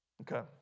okay